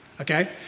okay